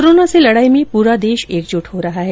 corona से लड़ाई में पूरा देश एकजुट हो रहा है